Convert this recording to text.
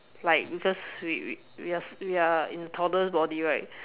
like because we we we are we are in toddler's body right